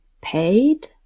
paid